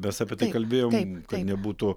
mes apie tai kalbėjom kad nebūtų